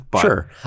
Sure